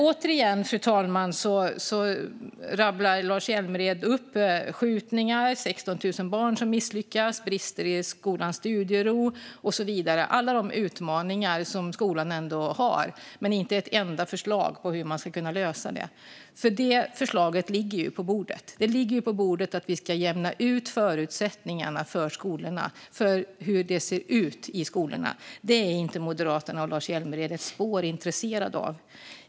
Återigen, fru talman, rabblar Lars Hjälmered upp skjutningar, 16 000 barn som misslyckas, brister i skolans studiero och så vidare - alla de utmaningar som skolan har - men inte ett enda förslag till hur man skulle kunna lösa detta. Det förslaget ligger på bordet - att vi ska jämna ut förutsättningarna för skolorna. Men hur det ser ut i skolorna är Moderaterna och Lars Hjälmered inte ett spår intresserade av.